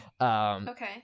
Okay